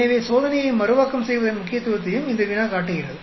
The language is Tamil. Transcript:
எனவே சோதனையை மறுவாக்கம் செய்வதன் முக்கியத்துவத்தையும் இந்த வினா காட்டுகிறது